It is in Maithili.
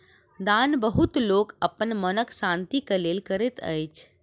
दान बहुत लोक अपन मनक शान्ति के लेल करैत अछि